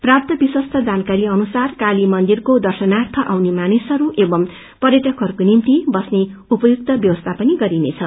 प्राप्त विश्वस्त जानकारी अनुसार काली मदिरको दर्शनार्य आउने मानिसहरू एवं पर्यअकहरूको निम्ति बस्ने उपयुक्त व्यवस्या पनि गरिनेछ